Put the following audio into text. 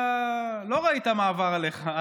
לא ראית מה עבר עליך,